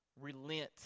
relent